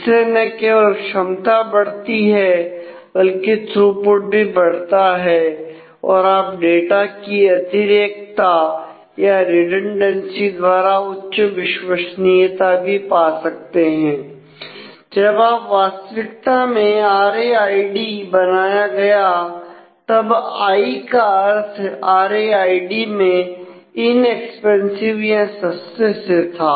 इससे न केवल क्षमता बढ़ती है बल्कि थ्रूपुट द्वारा उच्च विश्वसनीयता भी पा सकते हैं जब वास्तविकता में आर ए आई डी या सस्ते से था